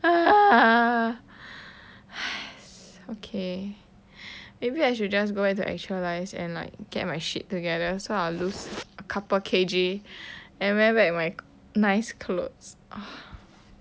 ugh !hais! okay maybe I should just go back to actualize and like get my shit together so I'll lose a couple K_G and wear back my nice clothes ugh